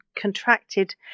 contracted